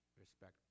Respect